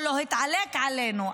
או להתעלק עלינו.